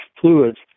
fluids